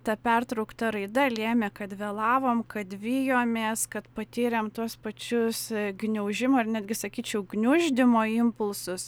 ta pertraukta raida lėmė kad vėlavom kad vijomės kad patyrėm tuos pačius gniaužimo ir netgi sakyčiau gniuždymo impulsus